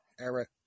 Eric